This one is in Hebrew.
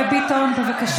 חברי הכנסת טייב וביטון, בבקשה.